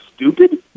Stupid